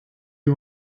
you